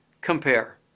Compare